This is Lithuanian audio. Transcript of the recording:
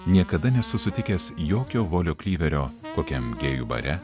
niekada nesu sutikęs jokio volio klyverio kokiam gėjų bare